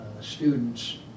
Students